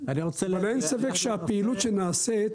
אבל אין ספק שהפעילות שנעשית